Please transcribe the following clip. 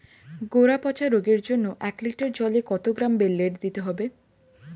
গোড়া পচা রোগের জন্য এক লিটার জলে কত গ্রাম বেল্লের দিতে হবে?